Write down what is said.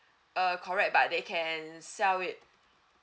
uh correct but they can sell it